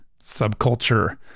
subculture